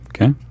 okay